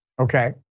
Okay